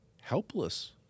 helpless